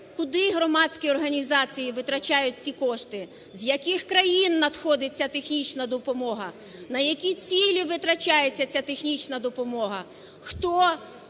куди громадські організації витрачають ці кошти, з яких країн надходить ця технічна допомога, на які цілі витрачається ця технічна допомога,